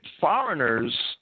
foreigners